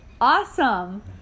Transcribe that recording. Awesome